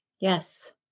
Yes